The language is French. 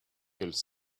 quels